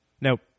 Nope